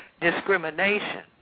discrimination